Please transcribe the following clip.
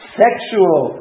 sexual